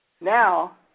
Now